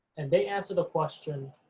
and they answer the question,